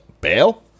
bail